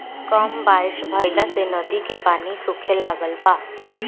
कम बारिश भईला से नदी के पानी सूखे लागल बा